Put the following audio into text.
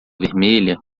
vermelha